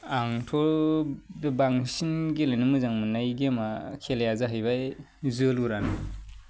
आंथ' बांसिन गेलेनो मोजां मोन्नाय गेमा खेलाया जाहैबाय जोलुरआनो